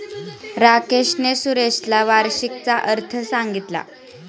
राकेशने सुरेशला वार्षिकीचा अर्थ सांगितला